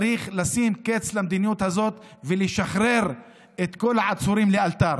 צריך לשים קץ למדיניות הזאת ולשחרר את כל העצורים לאלתר.